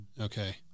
okay